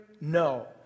no